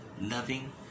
loving